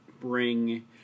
bring